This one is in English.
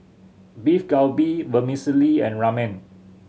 Beef Galbi Vermicelli and Ramen